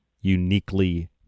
uniquely